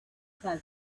altas